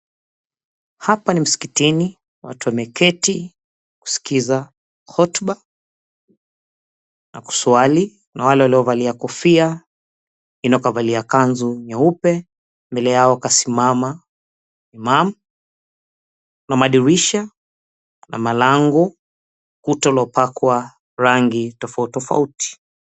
Hapa ni msikitini watu wameketi kusikiza hotuba na kuswali kuna wale waliovalia kofia wengine kanzu nyeupe mbele yao kasimama imam, kuna madirisha na malango kuta uliyopakwa rangi tofauti tofauti.